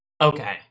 Okay